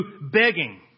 begging